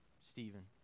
Stephen